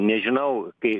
nežinau kai